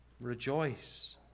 Rejoice